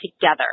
together